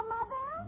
Mother